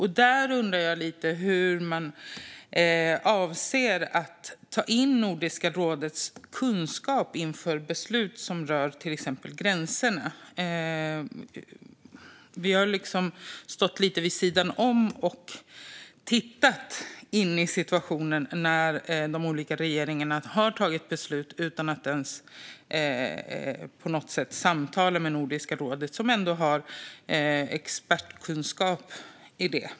Jag undrar lite hur man avser att ta in Nordiska rådets kunskap inför beslut som rör till exempel gränserna. Vi har liksom stått lite vid sidan om och tittat in på situationen när de olika regeringarna har tagit beslut utan att ens samtala med Nordiska rådet, som ändå har expertkunskap i detta.